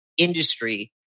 industry